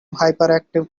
hyperactive